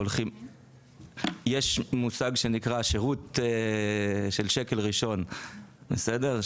יש מושג שנקרא שירות של שקל ראשון, בסדר?